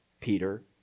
Peter